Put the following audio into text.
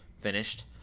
finished